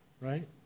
right